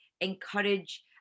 encourage